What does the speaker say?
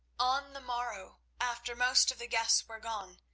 on the morrow, after most of the guests were gone,